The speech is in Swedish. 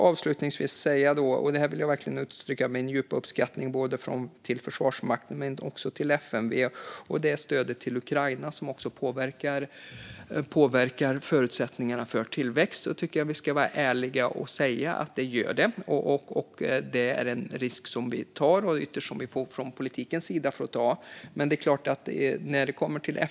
Avslutningsvis vill jag verkligen uttrycka min djupa uppskattning till Försvarsmakten men också till FMV när det gäller stödet till Ukraina, något som också påverkar förutsättningarna för tillväxt. Jag tycker att vi ska vara ärliga och säga att det gör det. Det är en risk som vi från politikens sida ytterst får ta.